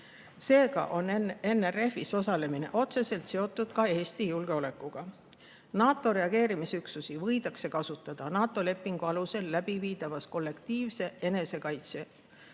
Seega on NRF-is osalemine otseselt seotud ka Eesti julgeolekuga. NATO reageerimisüksusi võidakse kasutada NATO lepingu alusel läbiviidavas kollektiivse enesekaitse